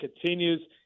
continues